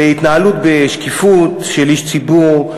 להתנהלות בשקיפות של איש ציבור,